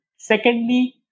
Secondly